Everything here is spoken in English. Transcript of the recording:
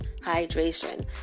hydration